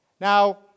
Now